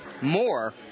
More